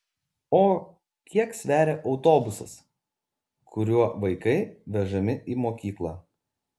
o kiek sveria autobusas kuriuo vaikai vežami į mokyklą